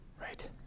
Right